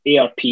ARP